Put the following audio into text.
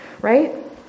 right